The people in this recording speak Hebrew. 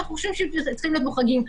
ואנחנו חושבים שהם צריכים להיות מוחרגים.